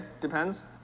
Depends